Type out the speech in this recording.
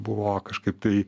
buvo kažkaip tai